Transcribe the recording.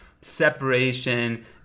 separation